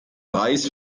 preis